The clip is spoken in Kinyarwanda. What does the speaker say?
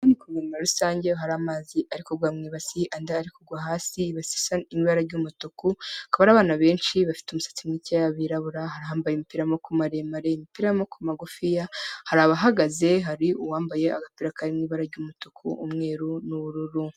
Ivomo usange hari amazi arigwa mwibasi andi ari kugwa hasi ibara ry'umutuku akaba ari abana benshi bafite umusatsi mukeya birabura hari abambaye agapira k'amaboko maremare imipira y'amaboko magufi hari abahagaze hari uwambaye agapira kari mu ibara ry'umutukunturari'i ibara ry'umutuku umweru n'ubururu.